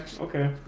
okay